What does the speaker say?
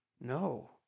No